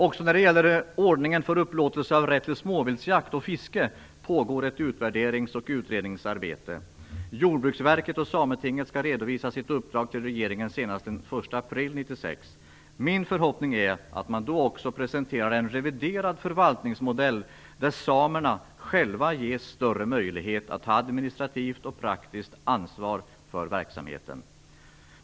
Också när det gäller ordningen för upplåtelse av rätt till småviltsjakt och fiske pågår det ett utredningsoch utvärderingsarbete där Jordbruksverket och Sametinget skall redovisa sitt uppdrag till regeringen senast den 1 april 1996. Min förhoppning är att man då också presenterar en reviderad förvaltningsmodell där samerna själva ges större möjlighet att ta administrativt och praktiskt ansvar för verksamheten.